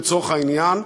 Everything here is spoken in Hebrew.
לצורך העניין,